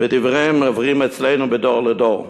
ודבריהם עוברים אצלנו מדור לדור.